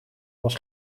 was